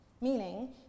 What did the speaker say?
meaning